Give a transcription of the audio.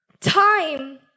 Time